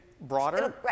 broader